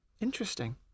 Interesting